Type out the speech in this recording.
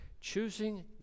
choosing